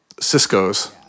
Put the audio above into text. Cisco's